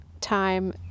time